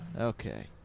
Okay